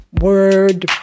word